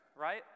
right